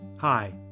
Hi